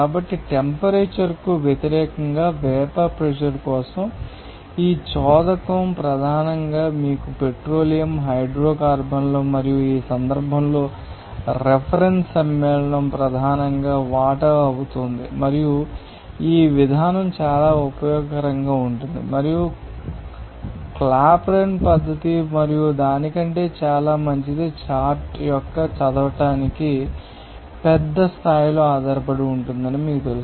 కాబట్టి టెంపరేచర్కు వ్యతిరేకంగా వేపర్ ప్రెషర్ కోసం ఈ చోదకం ప్రధానంగా మీకు పెట్రోలియం హైడ్రోకార్బన్ల మరియు ఈ సందర్భంలో రిఫరెన్స్ సమ్మేళనం ప్రధానంగా వాటర్ అవుతుంది మరియు ఈ విధానం చాలా ఉపయోగకరంగా ఉంటుంది మరియు క్లాపెరాన్ పద్ధతి మరియు దాని కంటే చాలా మంచిది చార్ట్ యొక్క చదవడానికి పెద్ద స్థాయిలో ఆధారపడి ఉంటుందని మీకు తెలుసు